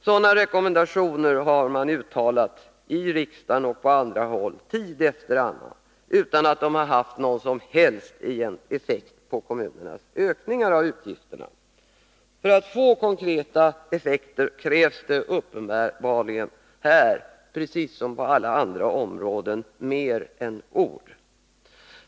Sådana rekommendationer har man uttalat i riksdagen och på andra håll tid efter annan utan att de har haft någon som helst effekt på kommunernas ökningar av utgifterna. För att få konkreta effekter krävs det uppenbarligen, här precis som på alla andra områden, mer än ord.